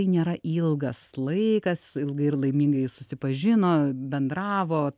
tai nėra ilgas laikas ilgai ir laimingai susipažino bendravo